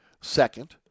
second